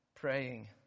Praying